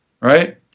Right